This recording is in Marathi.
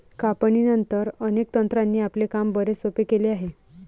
कापणीनंतर, अनेक तंत्रांनी आपले काम बरेच सोपे केले आहे